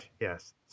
Yes